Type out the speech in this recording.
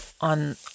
on